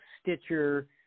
Stitcher